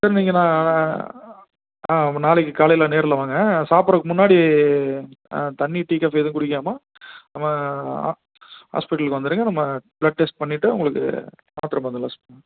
சரி நீங்கள் நான் ஆ நாளைக்கு காலையில் நேரில் வாங்க சாப்பிட்றதுக்கு முன்னாடி தண்ணி டீ காஃபி எதுவும் குடிக்காமல் நம்ம ஆ ஹாஸ்பிட்டலுக்கு வந்துடுங்க நம்ம ப்ளட் டெஸ்ட் பண்ணிவிட்டு உங்களுக்கு மாத்திர மருந்தெலாம் சொல்கிறேன்